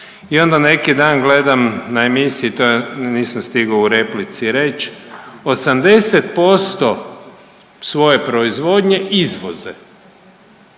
i onda neki dan gledam na emisiji to nisam stigao u replici reći 80% svoje proizvodnje izvoze.